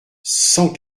cent